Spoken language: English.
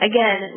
Again